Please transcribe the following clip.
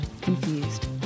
confused